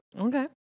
Okay